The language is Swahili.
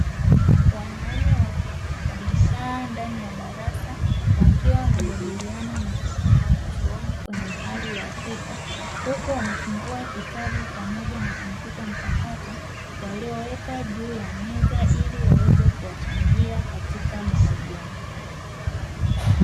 Wanaume wawili wamekaa ndani ya darasa wakiwa wanajadiliana masomo yao ya chuoni kwenye hali ya upepo, huku wamefungua kitabu pamoja na kompyuta mpakato walioweka juu ya meza ili yaweze kuwachangia katika mahojiano.